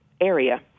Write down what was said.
area